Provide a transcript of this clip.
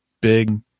big